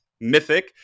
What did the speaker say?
Mythic